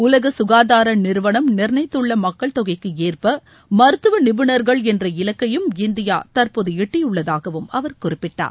உலக சுகாதார நிறுவனம் நிர்ணயித்துள்ள மக்கள் தொகைக்கு ஏற்ப மருத்துவ நிபுணர்கள் என்ற இலக்கையும் இந்தியா தற்போது எட்டியுள்ளதாகவும் அவர் குறிப்பிட்டார்